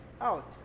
Out